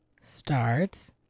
starts